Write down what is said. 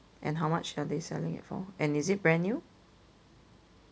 and how much are they selling it for and is it brand new